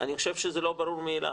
אני חושב שזה לא ברור מאליו.